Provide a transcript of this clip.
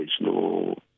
no